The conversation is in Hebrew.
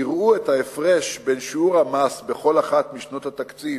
יראו את ההפרש בין שיעור המס בכל אחת משנות התקציב